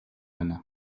байна